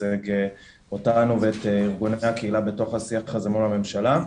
מייצג אותנו ואת ארגון הגג של השיח הזה מול הממשלה,